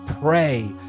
pray